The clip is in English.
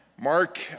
Mark